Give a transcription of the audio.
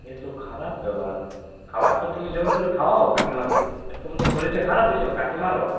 এ তো খারাপ ব্যাপার খাবারটা তুমি জোর করে খাওয়াও কাকিমাকে এরকম তো শরীরটা খারাপ হয়ে যাবে কাকিমারও